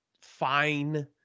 fine